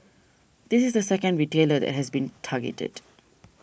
this is the second retailer that has been targeted